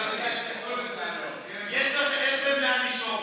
יש להם לאן לשאוף.